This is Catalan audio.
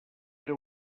era